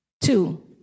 Two